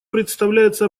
представляется